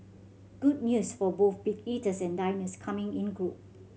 good news for both big eaters and diners coming in group